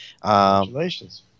Congratulations